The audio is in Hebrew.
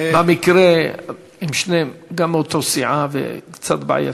במקרה שניהם גם מאותו סיעה, קצת בעייתי.